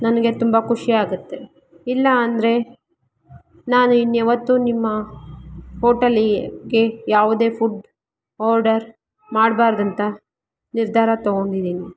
ನನಗೆ ತುಂಬ ಖುಷಿ ಆಗುತ್ತೆ ಇಲ್ಲ ಅಂದರೆ ನಾನು ಇನ್ಯಾವತ್ತೂ ನಿಮ್ಮ ಹೋಟೆಲ್ಗೆ ಯಾವುದೇ ಫುಡ್ ಆರ್ಡರ್ ಮಾಡ್ಬಾರ್ದು ಅಂತ ನಿರ್ಧಾರ ತಗೊಂಡಿದೀನಿ